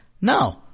No